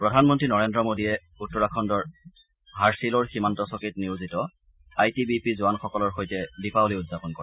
প্ৰধানমন্ত্ৰী নৰেন্দ্ৰ মোডীয়ে আজি উত্তৰাখণ্ডৰ হাৰ্ছিলৰ সীমান্ত চকীত নিয়োজিত আই টি বি পি জোৱানসকলৰ সৈতে দীপাৱলী উদযাপন কৰে